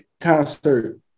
Concert